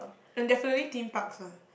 and definitely theme parks ah